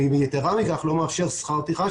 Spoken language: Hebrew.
ויתרה מכך לא מאפשר שכר טרחה,